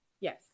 Yes